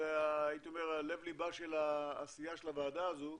הייתי אומר, לב ליבה של העשייה של הוועדה הזו.